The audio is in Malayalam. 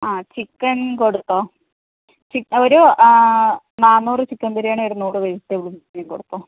ചിക്കൻ കൊടുത്തോ ഒരു നാന്നൂറ് ചിക്കൻ ബിരിയാണിയും ഒരു വെജിറ്റബളും കൂടി കൊടുത്തോ